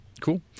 Cool